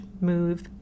move